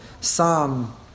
Psalm